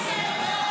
מרב התנגדה להצעה שלי.